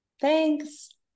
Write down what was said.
Thanks